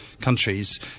countries